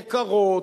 יקרות,